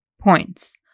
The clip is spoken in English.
points